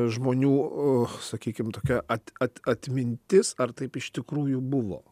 žmonių sakykim tokia at at atmintis ar taip iš tikrųjų buvo